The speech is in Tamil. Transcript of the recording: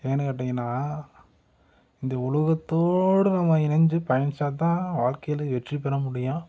ஏன்னு கேட்டீங்கனா இந்த உலகத்தோடு நாம் இணைஞ்சு பயணிச்சால் தான் வாழ்க்கையில் வெற்றி பெற முடியும்